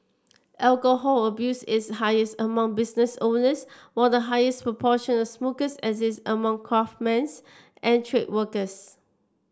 alcohol abuse is highest among business owners while the highest proportion of smokers exists among craftsmen's and trade workers